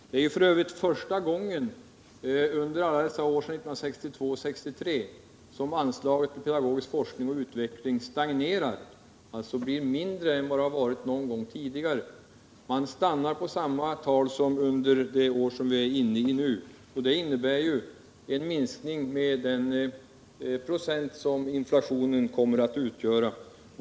Det är f. ö. första gången under alla dessa år sedan 1962 eller 1963 som anslaget till pedagogisk forskning och utveckling har stagnerat —jag tror det är mindre nu än vad det varit någon gång tidigare; man stannade då på samma tal som man gör under det år som vi är inne i nu. Det innebär en minskning med den procent som inflationen kommer att utgöra.